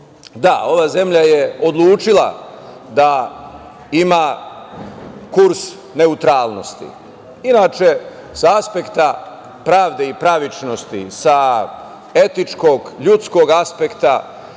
ova zemlja je odlučila da ima kurs neutralnosti. Inače, sa aspekta pravde i pravičnosti, sa etičkog, ljudskog aspekta